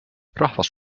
rahvas